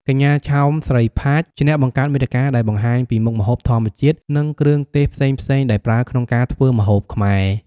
កញ្ញាឆោម ស្រីផាច ជាអ្នកបង្កើតមាតិកាដែលបង្ហាញពីមុខម្ហូបធម្មជាតិនិងគ្រឿងទេសផ្សេងៗដែលប្រើក្នុងការធ្វើម្ហូបខ្មែរ។